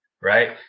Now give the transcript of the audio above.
right